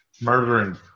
Murdering